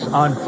on